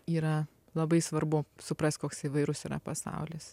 yra labai svarbu suprast koks įvairus yra pasaulis